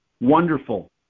Wonderful